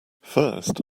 first